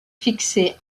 fixé